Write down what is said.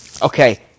Okay